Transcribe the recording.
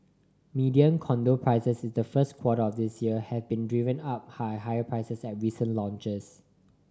median condo prices in the first quarter of this year have been driven up high higher prices at recent launches